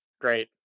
Great